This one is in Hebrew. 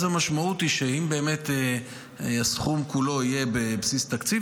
אז המשמעות היא שאם באמת הסכום כולו יהיה בבסיס התקציב,